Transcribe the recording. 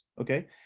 okay